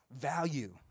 value